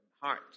heart